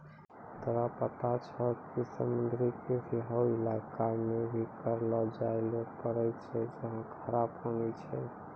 तोरा पता छौं कि समुद्री कृषि हौ इलाका मॅ भी करलो जाय ल पारै छौ जहाँ खारा पानी छै